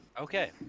Okay